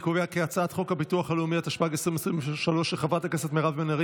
אני קובע כי הצעת חוק הביטוח הלאומי 2023 עברה והיא